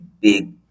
big